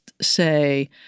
say